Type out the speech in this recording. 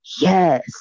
Yes